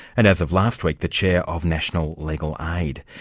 and as of last week, the chair of national legal aid.